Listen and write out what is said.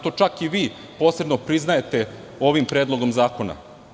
To čak i vi posebno priznajete ovim predlogom zakona.